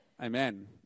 amen